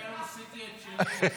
היום עשיתי את שלי.